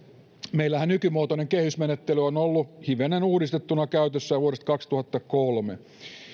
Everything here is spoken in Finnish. meillähän nykymuotoinen kehysmenettely on ollut hivenen uudistettuna käytössä vuodesta kaksituhattakolme